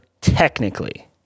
technically